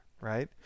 Right